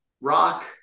rock